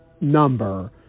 number